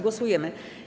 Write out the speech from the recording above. Głosujemy.